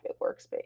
workspace